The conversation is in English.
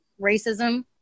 racism